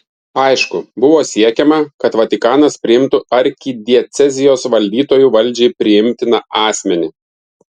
aišku buvo siekiama kad vatikanas priimtų arkidiecezijos valdytoju valdžiai priimtiną asmenį